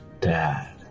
Dad